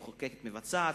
המחוקקת עם המבצעת,